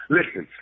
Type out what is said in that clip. Listen